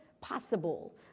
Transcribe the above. possible